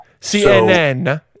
CNN